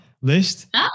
list